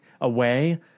away